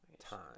time